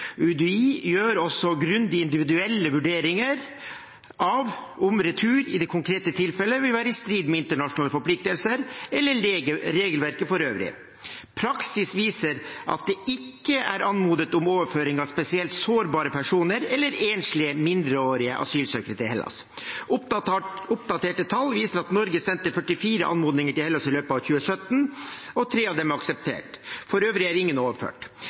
UDI gjør også grundige individuelle vurderinger av om retur i det konkrete tilfellet vil være i strid med internasjonale forpliktelser eller regelverket for øvrig. Praksis viser at det ikke er anmodet om overføring av spesielt sårbare personer eller enslige, mindreårige asylsøkere til Hellas. Oppdaterte tall viser at Norge sendte 44 anmodninger til Hellas i løpet av 2017, og tre av dem er akseptert. Foreløpig er ingen overført.